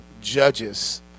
Judges